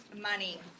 money